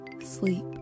Sleep